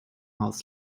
haus